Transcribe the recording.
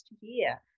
year